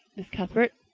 miss cuthbert.